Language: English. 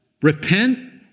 Repent